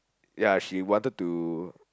ya she wanted to